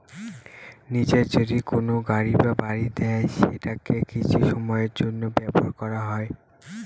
নিজে যদি কোনো গাড়ি বা বাড়ি দেয় সেটাকে কিছু সময়ের জন্য ব্যবহার করা হয়